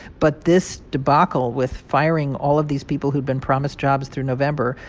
but this debacle with firing all of these people who'd been promised jobs through november,